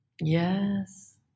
Yes